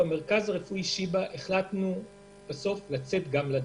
במרכז הרפואי שיבא החלטנו לצאת לדרך.